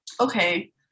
okay